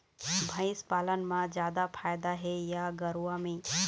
भंइस पालन म जादा फायदा हे या गरवा में?